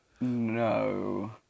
No